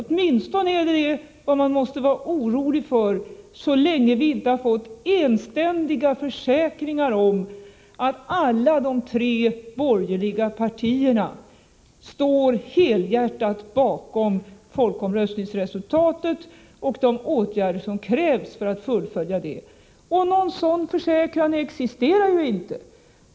Åtminstone är det vad man måste vara orolig för så länge vi inte har fått enständiga försäkringar om att alla de tre borgerliga partierna står helhjärtat bakom folkomröstningsresultatet och de åtgärder som krävs för att fullfölja det. Och någon sådan försäkran existerar ju inte!